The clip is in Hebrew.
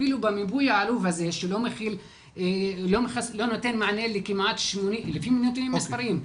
אפילו במיפוי העלוב הזה שלא נותן מענה לפי נתונים מספריים,